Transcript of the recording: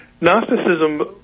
Gnosticism